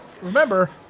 Remember